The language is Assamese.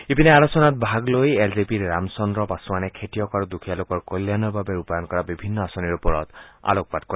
ইপিনে আলোচনাত ভাগ লৈ এল জে পিৰ ৰাম চন্দ্ৰ পাছোৱানে খেতিয়ক আৰু দুখীয়া লোকৰ কল্যাণৰ বাবে ৰূপায়ণ কৰা বিভিন্ন আচনিৰ ওপৰত আলোকপাত কৰে